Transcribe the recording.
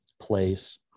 Place